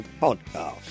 podcast